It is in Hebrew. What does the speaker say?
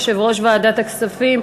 יושב-ראש ועדת הכספים,